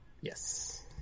Yes